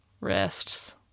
wrists